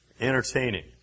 entertaining